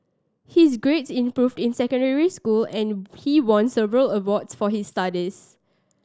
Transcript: his grades improved in secondary school and he won several awards for his studies